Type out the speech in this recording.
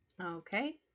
Okay